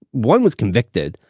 one was convicted.